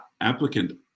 applicant